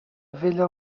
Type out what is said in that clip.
vella